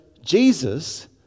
Jesus